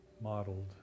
modeled